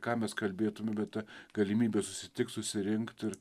ką mes kalbėtume bet ta galimybė susitikt susirinkt ir